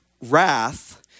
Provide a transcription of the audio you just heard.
Wrath